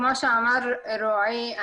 כמו שאמר רועי,